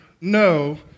no